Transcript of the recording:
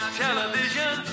television